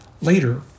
Later